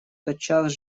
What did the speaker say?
тотчас